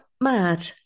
mad